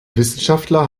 wissenschaftler